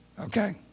okay